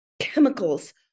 chemicals